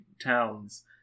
towns